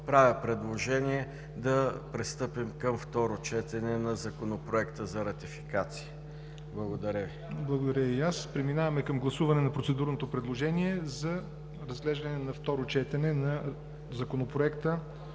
правя предложение да пристъпим към второ четене на Законопроекта за ратификация. Благодаря Ви. ПРЕДСЕДАТЕЛ ЯВОР НОТЕВ: Благодаря и аз. Преминаваме към гласуване на процедурното предложение за разглеждане на второ четене на Законопроекта